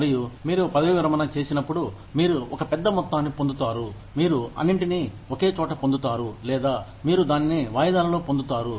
మరియు మీరు పదవీ విరమణ చేసినప్పుడు మీరు ఒక పెద్ద మొత్తాన్ని పొందుతారు మీరు అన్నింటినీ ఒకే చోట పొందుతారు లేదా మీరు దానిని వాయిదాలలో పొందుతారు